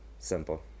Simple